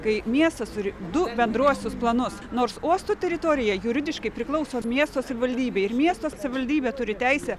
kai miestas turi du bendruosius planus nors uosto teritorija juridiškai priklauso miesto savivaldybei ir miesto savivaldybė turi teisę